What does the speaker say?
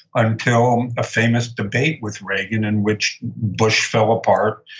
until um a famous debate with reagan, in which bush fell apart.